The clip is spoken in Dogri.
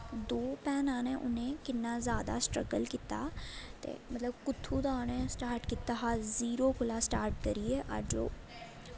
दो भैनां न उ'नें किन्ना जादा स्ट्रगल कीता ते मतलब कुत्थू दा उ'नें स्टार्ट कीता हा ज़ीरो कोला स्टार्ट करियै अज्ज ओह्